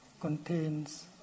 contains